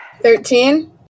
Thirteen